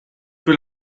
will